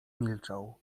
milczał